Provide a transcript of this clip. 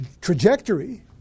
trajectory